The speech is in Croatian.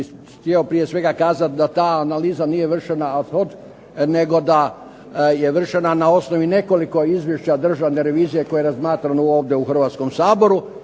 htio prije svega kazati da ta analiza nije vršena ad hoc nego da je vršena na osnovi nekoliko izvješća Državne revizije koje je razmatrano ovdje u Hrvatskom saboru